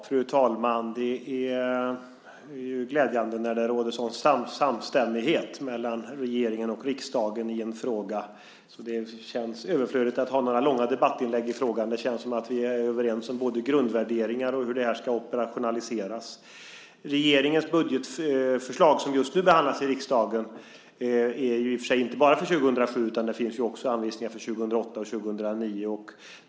Fru talman! Det är glädjande när det råder sådan samstämmighet mellan regeringen och riksdagen, och det känns därför överflödigt att göra några långa debattinlägg i denna fråga. Det verkar som om vi är överens om både grundvärderingarna och hur det hela ska operationaliseras. Regeringens budgetförslag, som just nu behandlas i riksdagen, gäller i och för sig inte bara för 2007 utan där finns även anvisningar för 2008 och 2009.